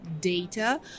data